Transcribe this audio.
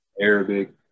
Arabic